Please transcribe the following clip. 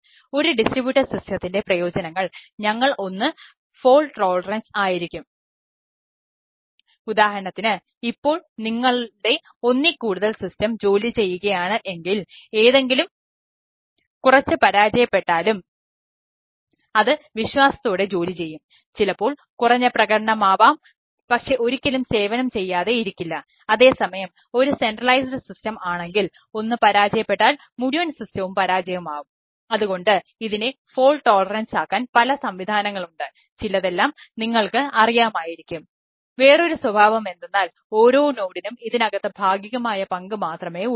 ഒരു ഡിസ്ട്രിബ്യൂട്ടഡ് സിസ്റ്റത്തിൻറെ ഇതിനകത്ത് ഭാഗികമായ പങ്ക് മാത്രമേ ഉള്ളൂ